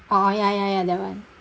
oh ya ya ya that one